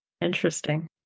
Interesting